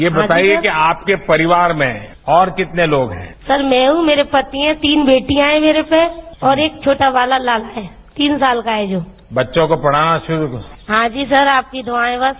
ये बताइए कि आपके परिवार में और कितने लोग हैं सर मैं हूं मेरे पति हैं तीन बेटियां हैं मेरे पर और एक छोटा वाला लाल है तीन साल का है जो बच्चों को पढ़ाना जरूर हांजी सर आपकी दुआ है बस